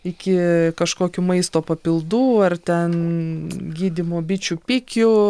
iki kažkokių maisto papildų ar ten gydymo bičių pikiu